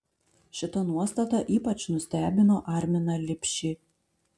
šita nuostata ypač nustebino arminą lipšį